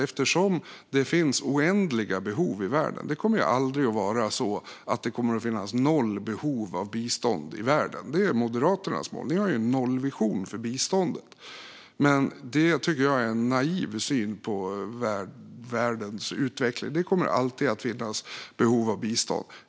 Eftersom det finns oändliga behov i världen kommer aldrig behovet av bistånd i världen att vara noll, vilket är Moderaternas mål. Ni har ju en nollvision för biståndet. Det tycker jag är en naiv syn på världens utveckling. Det kommer alltid att finnas behov av bistånd.